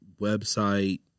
website